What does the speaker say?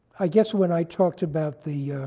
i guess when i talked about the